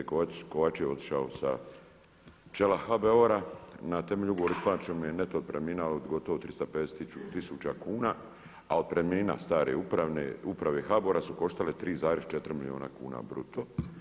Kovačev otišao sa čela HBOR-a na temelju ugovora isplaćena mu je neto otpremnina od gotovo 350 tisuća kuna a otpremnina stare uprave HBOR su koštale 3,4 milijuna kuna bruto.